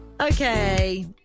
Okay